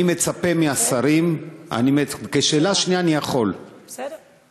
אני מצפה מהשרים, כשאלה שנייה אני יכול, בסדר?